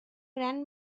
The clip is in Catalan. gran